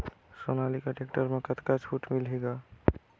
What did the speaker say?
Sonalika tractor म कतका छूट मिलही ग?